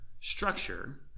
structure